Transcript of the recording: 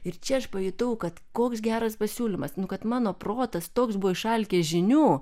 ir čia aš pajutau kad koks geras pasiūlymas nu kad mano protas toks buvo išalkę žinių